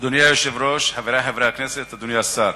אדוני היושב-ראש, חברי חברי הכנסת, אדוני השר,